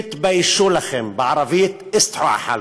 תתביישו לכם, בערבית, אסתחו עאל חאלכום.